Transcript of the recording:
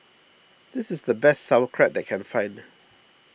this is the best Sauerkraut that I can find